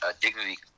Dignity